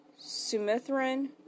Sumithrin